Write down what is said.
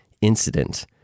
incident